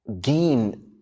gain